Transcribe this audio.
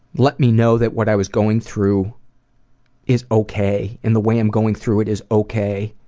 let me know that what i was going through is ok. and the way i'm going through it is ok.